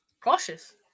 Cautious